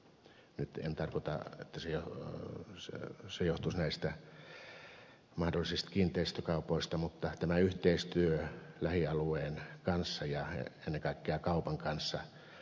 nyt en tarkoita että se johtuisi näistä mahdollisista kiinteistökaupoista mutta kyseessä on yhteistyö lähialueen kanssa ja ennen kaikkea kaupan alalla